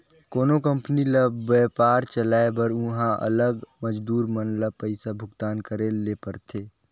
कोनो कंपनी ल बयपार चलाए बर उहां लगल मजदूर मन ल पइसा भुगतान करेच ले परथे